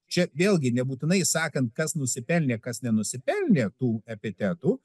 čia vėlgi nebūtinai sakant kas nusipelnė kas nenusipelnė tų epitetų